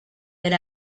per